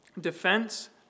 Defense